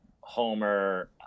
Homer